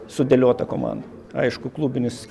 sudėliotą komandą aišku klubinis